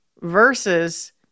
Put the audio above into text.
versus